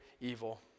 evil